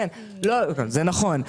זה נכון,